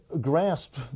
grasp